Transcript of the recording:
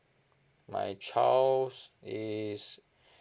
my child's is